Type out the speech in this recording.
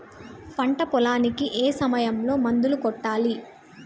పంట పొలానికి ఏ సమయంలో మందులు కొట్టాలి?